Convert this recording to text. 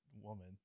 woman